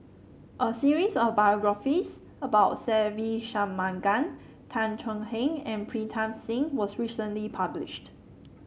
a series of biographies about Se Ve Shanmugam Tan Thuan Heng and Pritam Singh was recently published